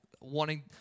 wanting